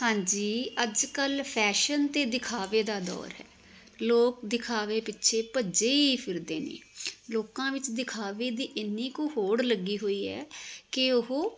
ਹਾਂਜੀ ਅੱਜ ਕੱਲ੍ਹ ਫੈਸ਼ਨ ਅਤੇ ਦਿਖਾਵੇ ਦਾ ਦੌਰ ਹੈ ਲੋਕ ਦਿਖਾਵੇ ਪਿੱਛੇ ਭੱਜੇ ਹੀ ਫਿਰਦੇ ਨੇ ਲੋਕਾਂ ਵਿੱਚ ਦਿਖਾਵੇ ਦੀ ਇੰਨੀ ਕੁ ਹੋੜ ਲੱਗੀ ਹੋਈ ਹੈ ਕਿ ਉਹ